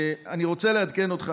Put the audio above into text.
אני רוצה לעדכן אותך,